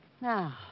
Now